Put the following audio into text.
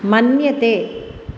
मन्यते